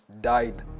died